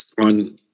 on